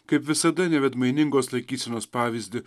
kaip visada nevaidmainingos laikysenos pavyzdį